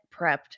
prepped